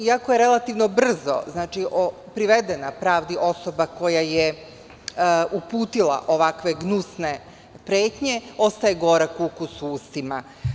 Iako je relativno brzo privedena pravdi osoba koja je uputila ovakve gnusne pretnje, ostaje gorak ukus u ustima.